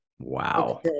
Wow